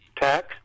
tax